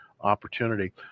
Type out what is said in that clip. opportunity